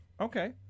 okay